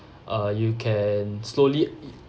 uh you can slowly